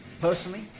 personally